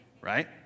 Right